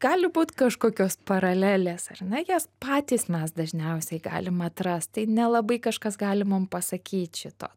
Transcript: gali būt kažkokios paralelės ar ne jas patys mes dažniausiai galim atrast tai nelabai kažkas gali mum pasakyt šito